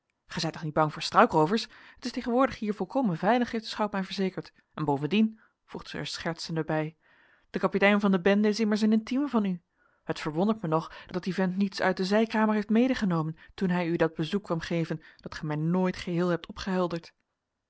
gij zijt toch niet bang voor struikroovers het is tegenwoordig hier volkomen veilig heeft de schout mij verzekerd en bovendien voegde zij er schertsende bij de kapitein van de bende is immers een intieme van u het verwondert mij nog dat die vent niets uit de zijkamer heeft medegenomen toen hij u dat bezoek kwam geven dat gij mij nooit geheel hebt